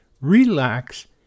relax